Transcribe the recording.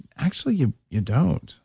actually, you you don't.